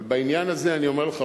אבל בעניין הזה אני אומר לך,